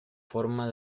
forma